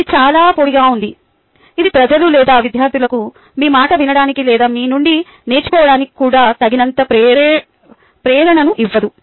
ఇది చాలా పొడిగా ఉంది ఇది ప్రజలు లేదా విద్యార్థులకు మీ మాట వినడానికి లేదా మీ నుండి నేర్చుకోవడానికి కూడా తగినంత ప్రేరణను ఇవ్వదు